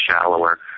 shallower